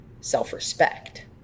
self-respect